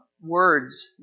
words